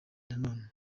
nanone